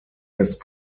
erst